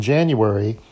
January